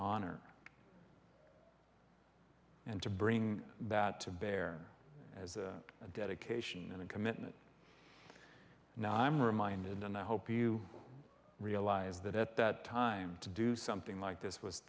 honor and to bring that to bear as a dedication and commitment now i'm reminded and i hope you realize that at that time to do something like this was